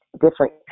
different